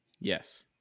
Yes